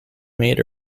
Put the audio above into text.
made